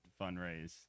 fundraise